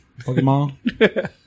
Pokemon